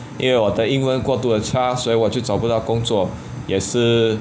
因为我的英文过度很差所以我就去找不到工作也是